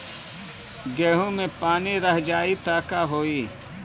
गेंहू मे पानी रह जाई त का होई?